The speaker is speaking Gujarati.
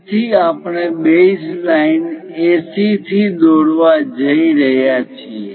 તેથી આપણે બેઝલાઇન AC થી દોરવા જઈ રહ્યા છીએ